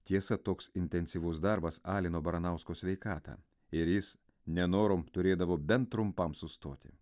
tiesa toks intensyvus darbas alino baranausko sveikatą ir jis nenorom turėdavo bent trumpam sustoti